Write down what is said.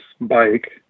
bike